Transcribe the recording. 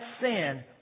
sin